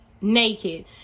naked